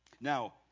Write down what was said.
Now